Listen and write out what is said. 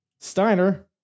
Steiner